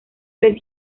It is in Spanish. tres